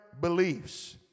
beliefs